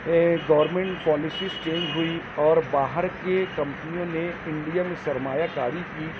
government policies change ہوئی اور باہر کے کمپنیوں نے انڈیا مین سرمایا کاری کی